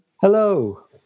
Hello